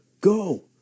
go